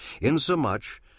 insomuch